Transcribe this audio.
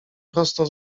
prosto